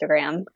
Instagram